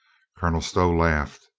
colonel stow laughed.